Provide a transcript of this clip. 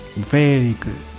very good!